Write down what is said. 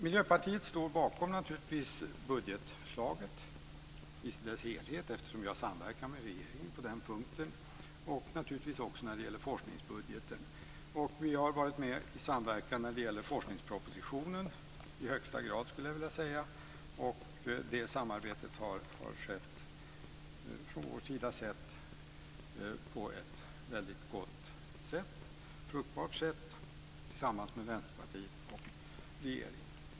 Miljöpartiet står bakom budgetförslaget i dess helhet, eftersom vi har samverkat med regeringen på den punkten, och naturligtvis också forskningsbudgeten. När det gäller forskningspropositionen har vi i högsta grad varit med i samverkan. Det samarbetet har skett på ett fruktbart sätt, tillsammans med Vänsterpartiet och regeringen.